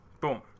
boom